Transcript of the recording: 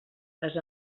les